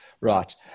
Right